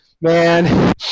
man